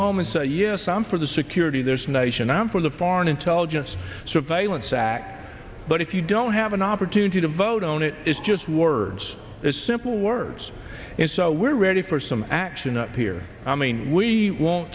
home and say yes i'm for the security there's nation i'm for the foreign intelligence surveillance act but if you don't have an opportunity to vote own it is just words as simple words and so we're ready for some action up here i mean we want